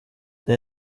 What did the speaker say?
det